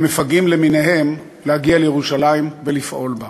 למפגעים למיניהם להגיע לירושלים ולפעול בה.